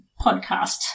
podcast